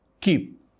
keep